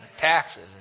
taxes